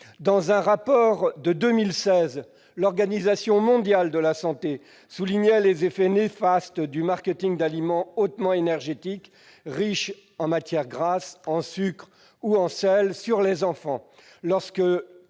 Dans un rapport de 2016, l'Organisation mondiale de la santé soulignait les effets néfastes du marketing d'aliments hautement énergétiques, riches en matières grasses, en sucre ou en sel sur les enfants,